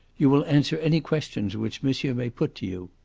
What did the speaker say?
you will answer any questions which monsieur may put to you.